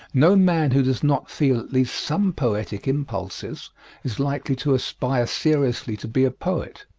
no man who does not feel at least some poetic impulses is likely to aspire seriously to be a poet,